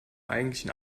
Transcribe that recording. eigentlichen